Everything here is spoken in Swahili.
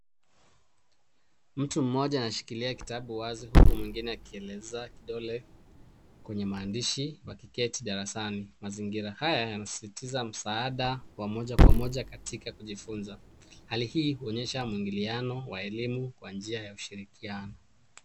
Mtu mmoja anashikilia kitabu wazi huku mwingine akieleza kidole kwenye maandishi wakiketi darasani. Mazingira haya yanasisitiza msaada wa moja kwa moja katika kujifunza. Hali hii huonyesha muingiliano wa elimu kwa njia ya ushirikiano.